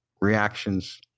reactions